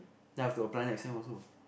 then I have to apply next time also